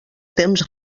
temps